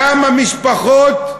כמה משפחות,